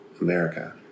America